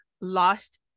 lost